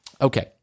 Okay